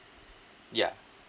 ya